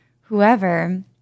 whoever